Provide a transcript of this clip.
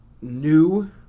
new